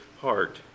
heart